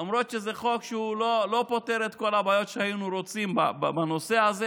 למרות שזה חוק שלא פותר את כל הבעיות שהיינו רוצים בנושא הזה,